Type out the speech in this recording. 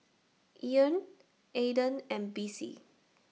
Eryn Ayden and Bessie